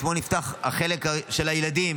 אתמול נפתח החלק של הילדים.